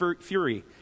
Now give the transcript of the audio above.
fury